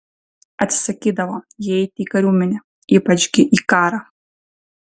atsisakydavo jie eiti į kariuomenę ypač gi į karą